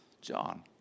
John